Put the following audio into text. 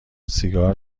سیگار